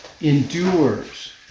endures